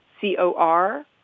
C-O-R